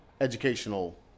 educational